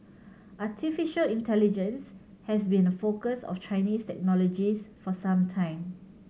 artificial intelligence has been a focus of Chinese technologists for some time